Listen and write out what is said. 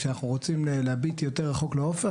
כשאנחנו רוצים להביט יותר רחוק לאופק,